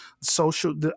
social